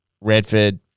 redford